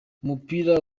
umupira